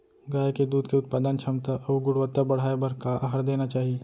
गाय के दूध के उत्पादन क्षमता अऊ गुणवत्ता बढ़ाये बर का आहार देना चाही?